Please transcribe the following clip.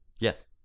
yes